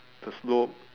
the slope